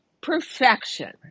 perfection